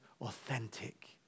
authentic